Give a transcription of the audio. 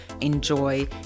enjoy